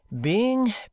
Being